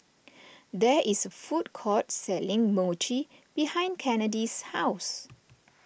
there is food court selling Mochi behind Kennedi's house